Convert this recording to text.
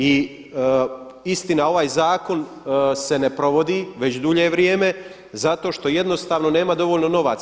I istina ovaj zakon se ne provodi već dulje vrijeme zato što jednostavno nema dovoljno novaca.